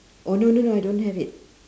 oh no no no I don't have it